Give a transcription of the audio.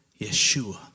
Yeshua